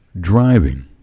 driving